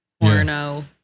Porno